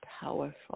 powerful